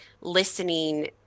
listening